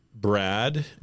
Brad